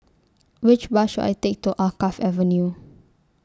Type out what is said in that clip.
Which Bus should I Take to Alkaff Avenue